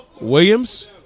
Williams